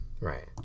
right